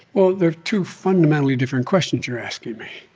well, they're two fundamentally different questions you're asking me.